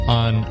on